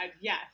yes